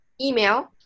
email